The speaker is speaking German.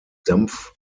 dampf